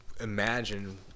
imagine